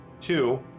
Two